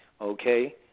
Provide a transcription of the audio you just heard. okay